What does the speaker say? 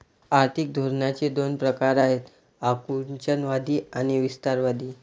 आर्थिक धोरणांचे दोन प्रकार आहेत आकुंचनवादी आणि विस्तारवादी